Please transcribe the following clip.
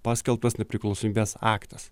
paskelbtas nepriklausomybės aktas